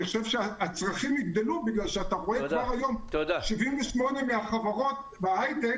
אני חושב שהצרכים יגדלו כי אתה רואה כבר היום ש-78 בחברות בהייטק